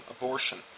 abortion